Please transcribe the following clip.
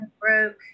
broke